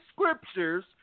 scriptures